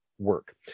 Work